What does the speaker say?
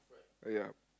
ah yup